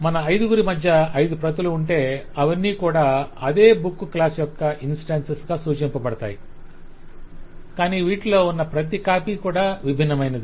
మన ఐదుగురి మధ్య 5 ప్రతులు ఉంటే అవన్నీ కూడా అదే బుక్ క్లాస్ యొక్క ఇన్స్టాన్స్ గా సూచింపబడతాయి కానీ వీటిలో ఉన్న ప్రతి కాపీ విభిన్నమైనదే